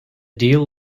deal